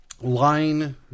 line